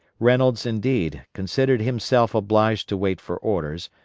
reynolds, indeed, considered himself obliged to wait for orders,